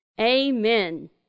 amen